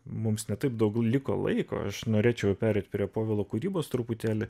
mums ne taip daug liko laiko aš norėčiau pereiti prie povilo kūrybos truputėlį